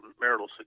marital